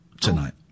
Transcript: tonight